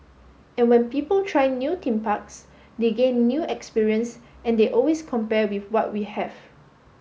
and when people try new theme parks they gain new experience and they always compare with what we have